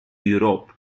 europe